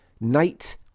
Night